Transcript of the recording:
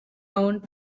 owned